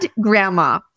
grandma